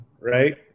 right